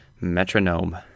metronome